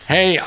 Hey